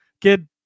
Kid